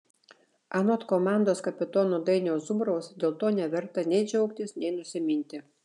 anot komandos kapitono dainiaus zubraus dėl to neverta nei džiaugtis nei nusiminti